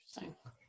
Interesting